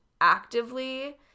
actively